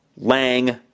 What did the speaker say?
Lang